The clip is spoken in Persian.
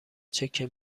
چکه